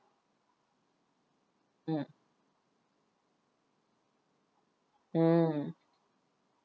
mm mm